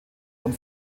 und